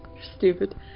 stupid